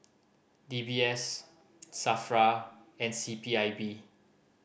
D B S SAFRA and C P I B